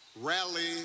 rally